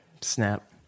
Snap